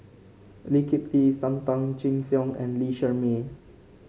Lee Kip Lee Sam Tan Chin Siong and Lee Shermay